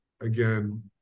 again